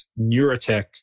Neurotech